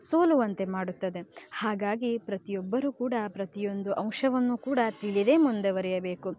ಸೋಲುವಂತೆ ಮಾಡುತ್ತದೆ ಹಾಗಾಗಿ ಪ್ರತಿಯೊಬ್ಬರೂ ಕೂಡ ಪ್ರತಿಯೊಂದು ಅಂಶವನ್ನು ಕೂಡ ತಿಳಿದೇ ಮುಂದವರಿಯಬೇಕು